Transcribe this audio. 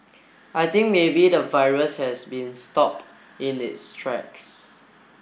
I think maybe the virus has been stopped in its tracks